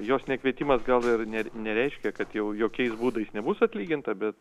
jos nekvietimas gal ir ne nereiškia kad jau jokiais būdais nebus atlyginta bet